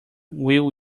will